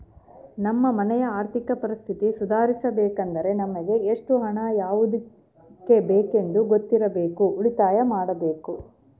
ನಮ್ಮ ಮನೆಯ ಆರ್ಥಿಕ ಪರಿಸ್ಥಿತಿ ಸುಧಾರಿಸಬೇಕೆಂದರೆ ನಮಗೆ ಎಷ್ಟು ಹಣ ಯಾವುದಕ್ಕೆ ಬೇಕೆಂದು ಗೊತ್ತಿರಬೇಕು, ಉಳಿತಾಯ ಮಾಡಬೇಕು